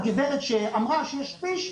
הגב' שאמרה שיש כביש,